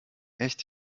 echt